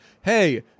hey